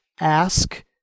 ask